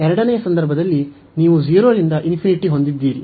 ಎರಡನೆಯ ಸಂದರ್ಭದಲ್ಲಿ ನೀವು 0 ರಿಂದ ಹೊಂದಿದ್ದೀರಿ